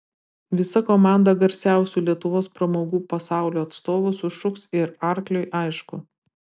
visa komanda garsiausių lietuvos pramogų pasaulio atstovų sušuks ir arkliui aišku